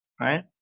right